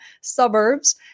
suburbs